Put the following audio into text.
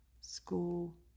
school